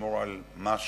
לשמור על משהו,